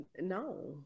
no